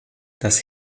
das